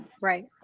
right